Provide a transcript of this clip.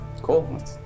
Cool